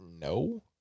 No